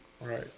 Right